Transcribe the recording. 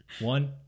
one